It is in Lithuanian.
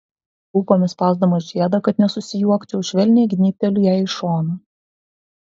lūpomis spausdamas žiedą kad nesusijuokčiau švelniai gnybteliu jai į šoną